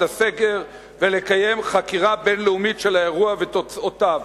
הסגר ולקיים חקירה בין-לאומית של האירוע ותוצאותיו.